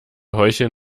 heucheln